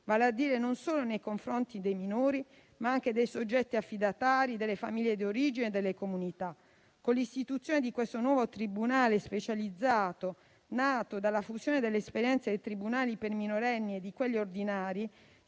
vale a dire, non solo nei confronti dei minori, ma anche dei soggetti affidatari, delle famiglie di origine e delle comunità. Con l'istituzione di questo nuovo tribunale specializzato, nato dalla fusione dell'esperienza dei tribunali per i minorenni e di quelli ordinari,